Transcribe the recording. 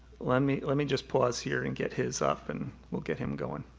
let me let me just pause here and get his up and we'll get him going.